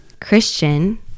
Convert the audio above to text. christian